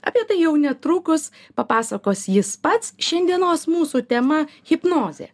apie tai jau netrukus papasakos jis pats šiandienos mūsų tema hipnozė